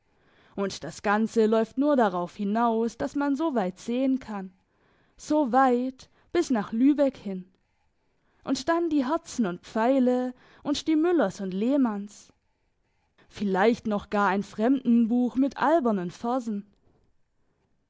und das ganze läuft nur darauf hinaus dass man so weit sehen kann so weit bis nach lübeck hin und dann die herzen und pfeile und die müllers und lehmanns vielleicht noch gar ein fremdenbuch mit albernen versen